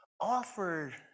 offered